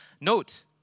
Note